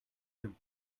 limp